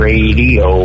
Radio